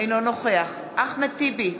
אינו נוכח אחמד טיבי,